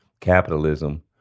capitalism